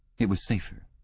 it was safer,